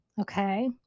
okay